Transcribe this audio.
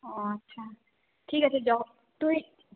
ও আচ্ছা ঠিক আছে তুই